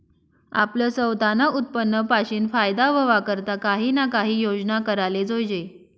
आपलं सवतानं उत्पन्न पाशीन फायदा व्हवा करता काही ना काही योजना कराले जोयजे